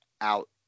out